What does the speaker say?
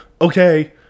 okay